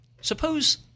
Suppose